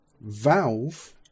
Valve